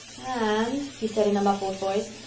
anne, he said in a muffled voice.